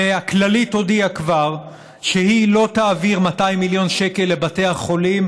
והכללית כבר הודיעה שהיא לא תעביר 200 מיליון שקל לבתי החולים,